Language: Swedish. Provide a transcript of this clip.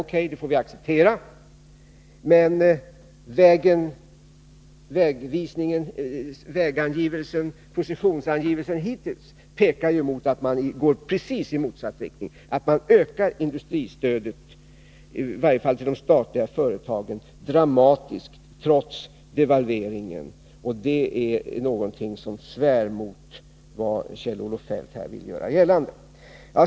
O. K., det får vi acceptera, men positionsangivelsen hittills pekar mot att regeringen går i precis motsatt riktning: den ökar industristödet, i varje fall till de statliga företagen, dramatiskt trots devalveringen, och det är någonting som svär mot vad Kjell-Olof Feldt här vill göra gällande.